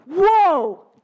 whoa